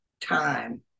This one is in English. time